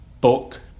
book